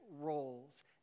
roles